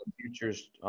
futures